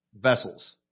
vessels